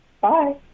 Bye